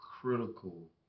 critical